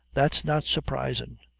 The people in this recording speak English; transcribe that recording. that's not surprisin'.